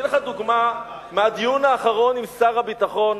אני אתן לך דוגמה מהדיון האחרון עם שר הביטחון,